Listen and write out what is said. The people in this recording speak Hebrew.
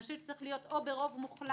צריך: או ברוב מוחלט